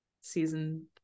Season